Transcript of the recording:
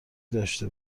داشته